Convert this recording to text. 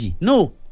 No